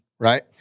Right